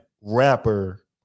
rapper